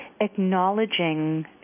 acknowledging